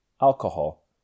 Alcohol